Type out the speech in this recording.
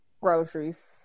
Groceries